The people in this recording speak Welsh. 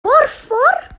borffor